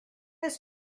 this